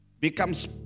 becomes